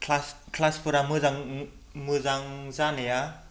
क्लासफोरा मोजां जानाया